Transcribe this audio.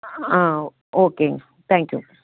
ஆ ஓகேங்க thank you